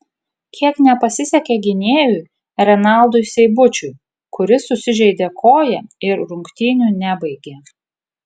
kiek nepasisekė gynėjui renaldui seibučiui kuris susižeidė koją ir rungtynių nebaigė